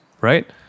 right